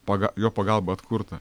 paga jo pagalba atkurta